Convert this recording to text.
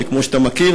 שכמו שאתה מכיר,